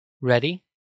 Ready